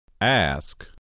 Ask